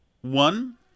One